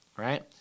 Right